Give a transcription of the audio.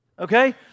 Okay